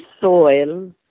soil